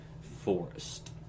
forest